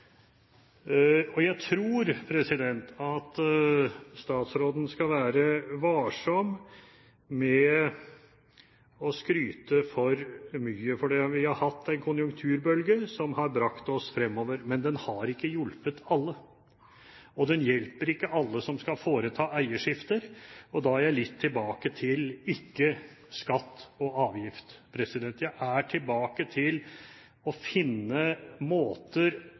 bord.» Jeg tror at statsråden skal være varsom med å skryte for mye, for vi har hatt en konjunkturbølge som har brakt oss fremover. Men den har ikke hjulpet alle, og den hjelper ikke alle som skal foreta eierskifter. Da er jeg litt tilbake til ikke skatt og avgift, jeg er tilbake til å finne måter